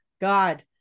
God